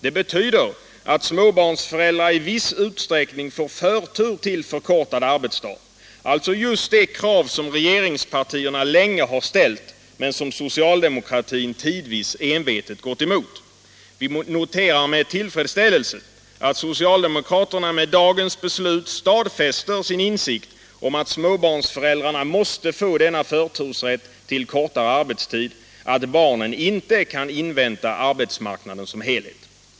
Det betyder att småbarnsföräldrar i viss utsträckning får förtur till förkortad arbetsdag — alltså just det krav som regeringspartierna länge har ställt men som socialdemokratin tidvis envetet gått emot. Vi noterar med tillfredsställelse att socialdemokraterna raed dagens beslut stadfäster sin insikt om att småbarnsföräldrarna måste få denna förtursrätt till kortare arbetstid, att barnen inte kan invänta arbetsmarknaden som helhet.